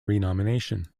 renomination